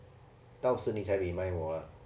到时你才 remind 我 lah